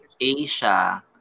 Asia